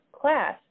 class